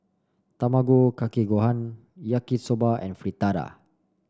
Tamago Kake Gohan Yaki Soba and Fritada